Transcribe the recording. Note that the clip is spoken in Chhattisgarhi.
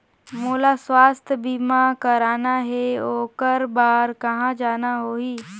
मोला स्वास्थ बीमा कराना हे ओकर बार कहा जाना होही?